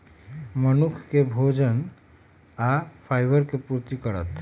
मनुख के भोजन आ फाइबर के पूर्ति करत